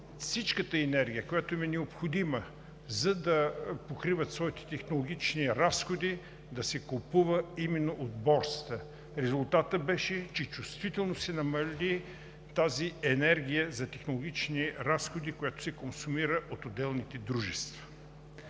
всичката енергия, която им е необходима, за да покриват своите технологични разходи, да се купува именно от Борсата. Резултатът беше, че чувствително се намали тази енергия за технологични разходи, която се консумира от отделните дружества.